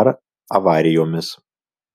ar avarijomis